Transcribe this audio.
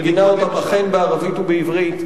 גינה אותם, אכן, בערבית ובעברית.